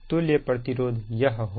तुल्य परिपथ यह होगा